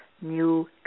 new